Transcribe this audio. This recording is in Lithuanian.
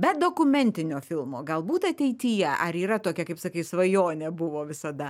be dokumentinio filmo galbūt ateityje ar yra tokia kaip sakai svajonė buvo visada